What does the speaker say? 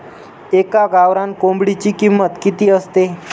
एका गावरान कोंबडीची किंमत किती असते?